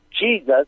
Jesus